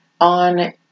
on